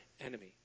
enemy